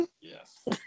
Yes